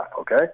Okay